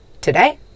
Today